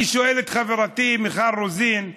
אני שואל את חברתי מיכל רוזין,